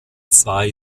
zwei